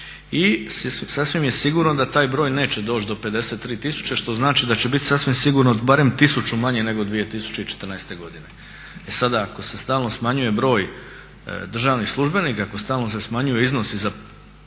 I sasvim je sigurno da taj broj neće doći do 53.000, što znači da će biti sasvim sigurno barem 1.000 manje nego 2014.godine. E sada ako se stalno smanjuje broj državnih službenika, ako stalno se smanjuju iznosi za